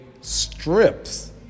strips